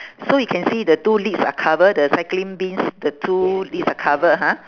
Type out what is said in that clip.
so you can see the two lids are cover the cycling bins the two lids are cover ha